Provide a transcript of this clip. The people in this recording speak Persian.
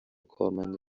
کارمند